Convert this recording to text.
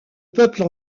peuple